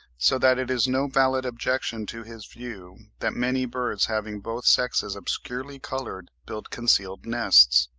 so that it is no valid objection to his view that many birds having both sexes obscurely coloured build concealed nests.